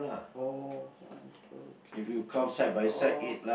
oh one two three four five oh